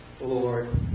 Lord